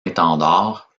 étendard